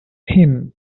him